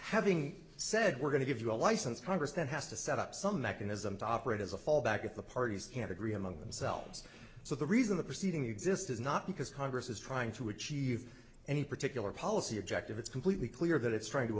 having said we're going to give you a license congress that has to set up some mechanism to operate as a fallback if the parties can't agree among themselves so the reason the proceeding exists is not because congress is trying to achieve any particular policy objective it's completely clear that it's trying to